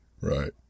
Right